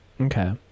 Okay